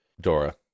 Dora